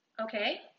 Okay